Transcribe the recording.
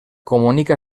comunica